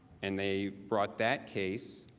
and they brought that case